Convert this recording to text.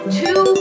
two